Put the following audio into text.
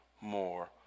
more